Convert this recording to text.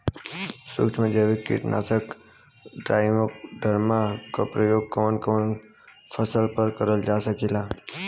सुक्ष्म जैविक कीट नाशक ट्राइकोडर्मा क प्रयोग कवन कवन फसल पर करल जा सकेला?